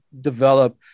develop